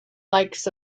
likes